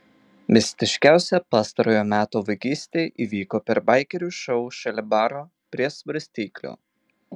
mistiškiausia pastarojo meto vagystė įvyko per baikerių šou šalia baro prie svarstyklių